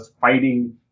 fighting